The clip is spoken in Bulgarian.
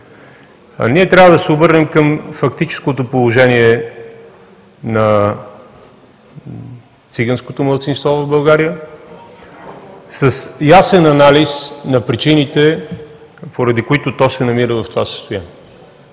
Ние трябва да се обърнем към фактическото положение на циганското малцинство в България с ясен анализ на причините, поради които то се намира в това състояние.